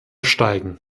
steigen